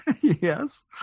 Yes